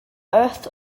earth